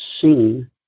seen